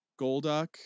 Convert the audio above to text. Golduck